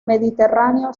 mediterráneo